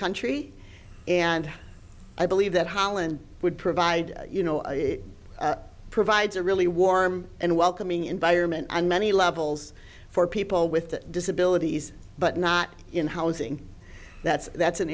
country and i believe that holland would provide you know provides a really warm and welcoming environment on many levels for people with disabilities but not in housing that's that's an